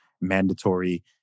mandatory